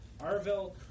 Arvel